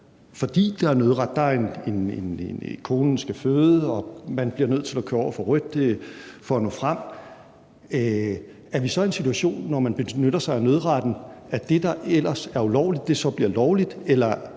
fordi der er nødret – konen skal føde – bliver nødt til at køre over for rødt for at nå frem. Er vi så i en situation, når man benytter sig af nødretten, at det, der ellers er ulovligt, så bliver lovligt?